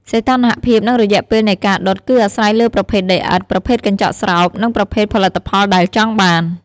សីតុណ្ហភាព និងរយៈពេលនៃការដុត គឺអាស្រ័យលើប្រភេទដីឥដ្ឋ ប្រភេទកញ្ចក់ស្រោប និងប្រភេទផលិតផលដែលចង់បាន។